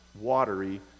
watery